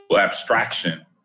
abstraction